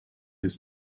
his